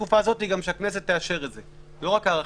שבתקופה הזאת שהכנסת תאשר את זה ולא רק הארכה.